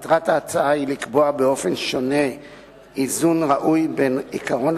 מטרת ההצעה היא לקבוע באופן שונה איזון ראוי בין עקרון